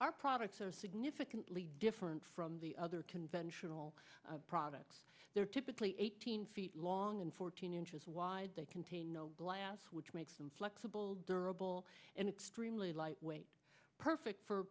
our products are significantly different from the other conventional products there are typically eighteen feet long and fourteen inches wide they contain glass which makes them flexible durable and extremely lightweight perfect for